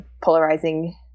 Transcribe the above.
polarizing